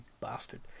bastard